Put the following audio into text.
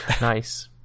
Nice